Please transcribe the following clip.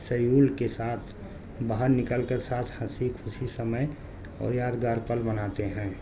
civil کے ساتھ باہر نکل کر ساتھ ہنسی خوسیی سمے اور یاد گار پل بناتے ہیں